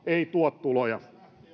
maksaa ei tuo tuloja